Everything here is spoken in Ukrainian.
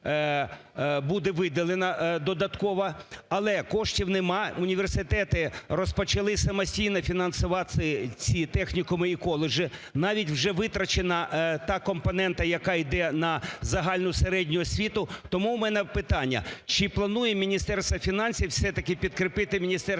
буде виділено додатково, але коштів нема. Університети розпочали самостійно фінансувати ці технікуми і коледжі, навіть вже витрачена та компонента, яка іде на загальну середню освіту. Тому в мене питання: чи планує Міністерство фінансів все-таки підкріпити Міністерство